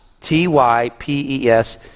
T-Y-P-E-S